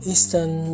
Eastern